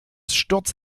sturz